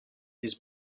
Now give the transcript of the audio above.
his